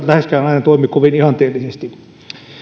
läheskään aina toimi kovin ihanteellisesti